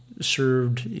served